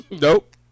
Nope